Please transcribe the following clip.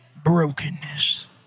Brokenness